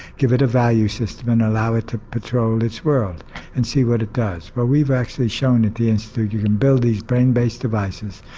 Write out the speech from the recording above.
give it a value system and allow it to patrol its world and see what it does. well we've actually shown at the institute that you can build these brain based devices,